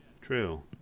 true